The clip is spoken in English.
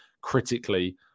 critically